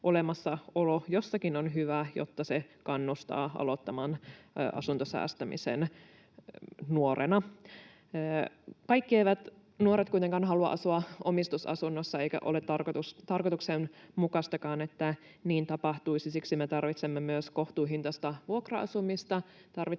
olemassaolo jossakin on hyvä, jotta se kannustaa aloittamaan asuntosäästämisen nuorena. Kaikki nuoret eivät kuitenkaan halua asua omistusasunnossa, eikä ole tarkoituksenmukaistakaan, että niin tapahtuisi. Siksi me tarvitsemme myös kohtuuhintaista vuokra-asumista.